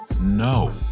no